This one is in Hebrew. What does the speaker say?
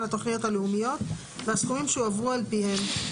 התכניות הלאומיות והסכומים שהועברו על פיהם.